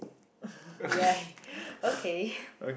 ya okay